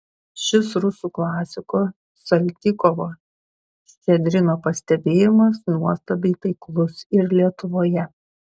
šis rusų klasiko saltykovo ščedrino pastebėjimas nuostabiai taiklus ir lietuvoje